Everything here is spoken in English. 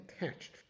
attached